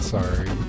Sorry